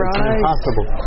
impossible